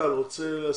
המנכ"ל רוצה לסכם?